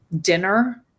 dinner